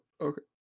okay